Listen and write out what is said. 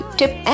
tip